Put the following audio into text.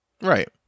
Right